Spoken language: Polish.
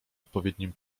odpowiednim